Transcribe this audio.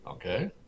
Okay